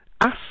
ask